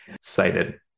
cited